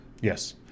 Yes